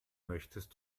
möchtest